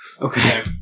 Okay